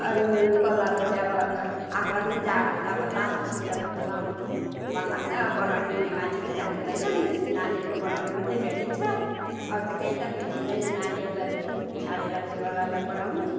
अरू अरू कलरहरू चाहिँ अब आफूलाई पनि जाडोमा त अब तातो स्वेटरहरू त लाउनु मन लाग्छ बनाइदिने मान्छे पनि हुँदैनन् यसै नानीहरको बनाउने मात्रै भेटिन्छ अरू त केही त भेटिँदैन नानीहरूलाई छाडेर ठुलालाई बनाउने